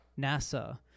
NASA